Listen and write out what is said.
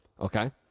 Okay